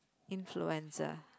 influencer